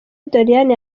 doriane